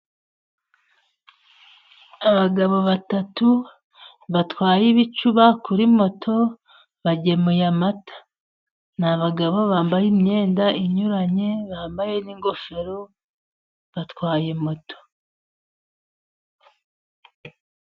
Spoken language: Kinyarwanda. Abagabo batatu batwaye ibicuba kuri moto bagemuye amata. Ni abagabo bambaye imyenda inyuranye, bambaye n'ingofero, batwaye moto.